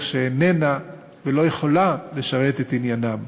שאיננה משרתת ולא יכולה לשרת את עניינם,